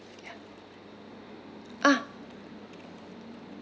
ya ah